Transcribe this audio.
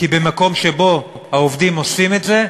כי במקום שבו העובדים עושים את זה,